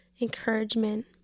encouragement